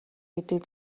гэдгийг